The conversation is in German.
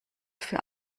für